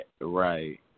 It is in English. Right